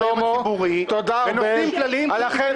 היום הציבורי ונושאים כלליים של פיקוח".